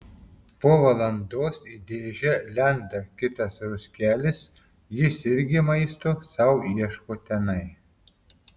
po valandos į dėžę lenda kitas ruskelis jis irgi maisto sau ieško tenai